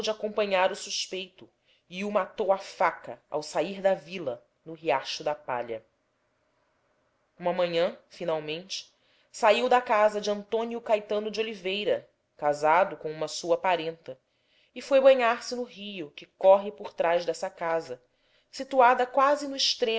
acompanhar o suspeito e o matou a faca ao sair da vila no riacho da palha uma manhã finalmente saiu da casa de antônio caetano de oliveira casado com uma sua parenta e foi banhar se no rio que corre por trás dessa casa situada quase no